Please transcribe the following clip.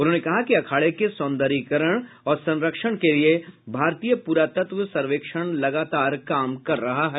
उन्होंने कहा कि अखाड़े के सौन्दर्यीकरण और संरक्षण के लिए भारतीय पुरातत्व सर्वेक्षण लगातार काम कर रहा है